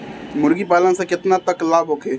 मुर्गी पालन से केतना तक लाभ होखे?